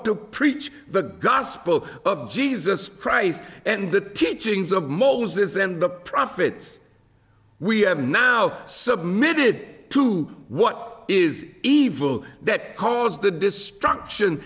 to preach the gospel of jesus christ and the teachings of moses and the profits we have now submitted to what is evil that caused the destruction